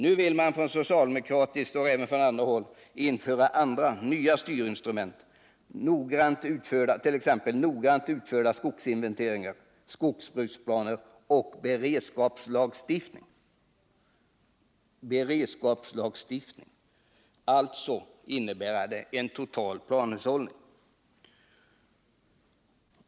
Nu vill man från socialdemokratiskt och även andra håll införa andra, nya styrinstrument: noggrant utförda skogsinventeringar, skogsbruksplaner och beredskapslagstiftning — alltså en total planhushållning.